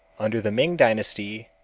under the ming dynasty,